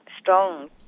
strong